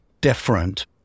different